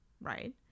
right